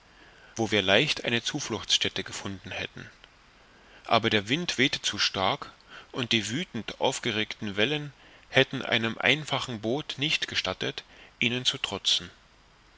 wo wir leicht eine zufluchtsstätte gefunden hätten aber der wind wehte zu stark und die wüthend aufgeregten wellen hätten einem einfachen boot nicht gestattet ihnen zu trotzen